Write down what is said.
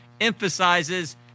emphasizes